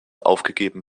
aufgegeben